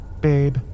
Babe